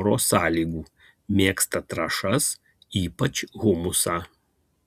oro sąlygų mėgsta trąšas ypač humusą